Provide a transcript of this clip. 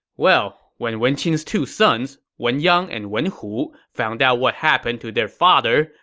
well, when wen qin's two sons, wen yang and wen hu, found out what happened to their father,